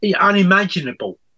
Unimaginable